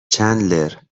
چندلر